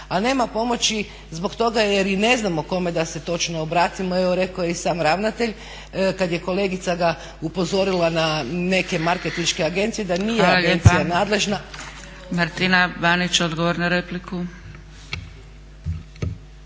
A nema pomoći zbog toga jer i ne znamo kome da se točno obratimo. Evo rekao je i sam ravnatelj kada je kolegica ga upozorila na neke marketinške agencije da nije agencija nadležna. **Zgrebec, Dragica